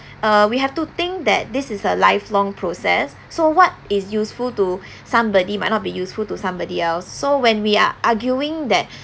uh we have to think that this is a lifelong process so what is useful to somebody might not be useful to somebody else so when we are arguing that